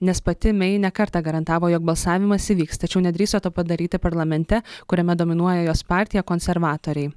nes pati mey ne kartą garantavo jog balsavimas įvyks tačiau nedrįso to padaryti parlamente kuriame dominuoja jos partija konservatoriai